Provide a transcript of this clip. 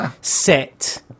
set